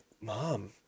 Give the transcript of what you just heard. Mom